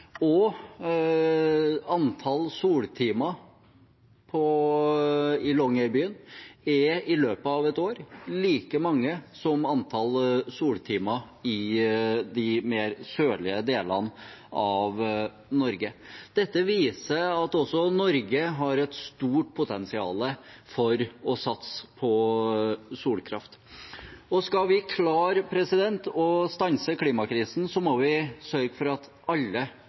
og antall soltimer i Longyearbyen er i løpet av et år like mange som antall soltimer i de mer sørlige delene av Norge. Dette viser at også Norge har et stort potensial for å satse på solkraft. Skal vi klare å stanse klimakrisen, må vi sørge for at alle